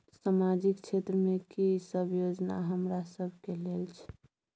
सामाजिक क्षेत्र में की सब योजना हमरा सब के लेल छै?